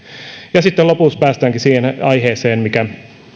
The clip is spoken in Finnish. ja sitten lopuksi päästäänkin siihen aiheeseen mikä